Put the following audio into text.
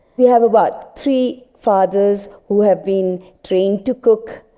we have about three fathers who have been trained to cook.